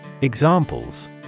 Examples